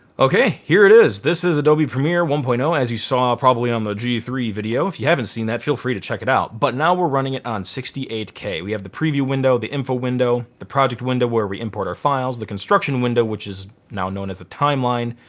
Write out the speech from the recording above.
okay here it is. this is adobe premiere one point zero as you saw probably on the g three video. if you haven't seen that, feel free to check it out. but now we're running it on sixty eight k. we have the preview window, the info window, the project window where we import our files, the construction window which is now known as a timeline.